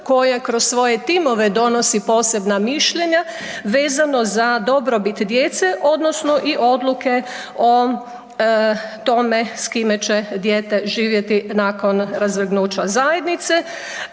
koja kroz svoje timove donosi posebna mišljenja vezano za dobrobit djece odnosno i odluke o tome s kime će dijete živjeti nakon razvrgnuća zajednice,